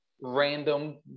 random